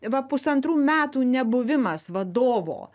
va pusantrų metų nebuvimas vadovo